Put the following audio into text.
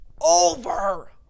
Over